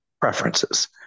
preferences